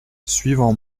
suivant